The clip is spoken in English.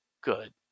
Good